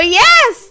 yes